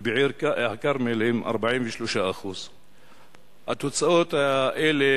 ובעיר-הכרמל הם 43%. התוצאות האלה,